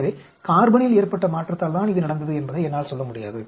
எனவே கார்பனில் ஏற்பட்ட மாற்றத்தால் தான் இது நடந்தது என்பதை என்னால் சொல்ல முடியாது